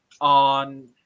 on